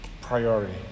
Priority